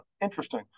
interesting